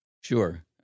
Sure